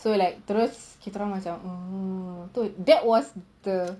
so like terus kita orang macam hmm that was the